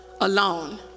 alone